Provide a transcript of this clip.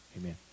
Amen